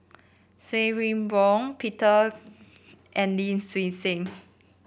Swee Boon Peter and Lim Swee Say